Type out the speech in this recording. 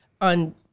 on